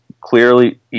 clearly